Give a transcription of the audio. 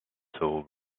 tool